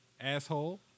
Asshole